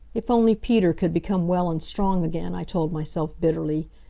if only peter could become well and strong again, i told myself, bitterly.